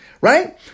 Right